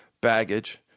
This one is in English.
baggage